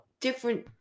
different